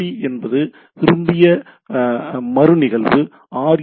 D என்பது விரும்பிய மறுநிகழ்வு ஆர்